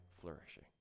flourishing